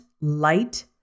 light